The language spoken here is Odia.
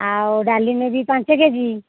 ଆଉ ଡାଲି ନେବି ପାଞ୍ଚ କେଜି